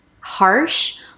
harsh